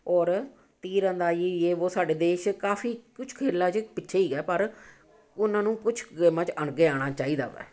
ਔਰ ਤੀਰਅੰਦਾਜ਼ੀ ਯੇ ਵੋ ਸਾਡੇ ਦੇਸ਼ ਕਾਫੀ ਕੁਛ ਖੇਡਾਂ 'ਚ ਪਿੱਛੇ ਹੀ ਆ ਪਰ ਉਹਨਾਂ ਨੂੰ ਕੁਛ ਗੇਮਾਂ 'ਚ ਅੱਗੇ ਆਉਣਾ ਚਾਹੀਦਾ ਹੈ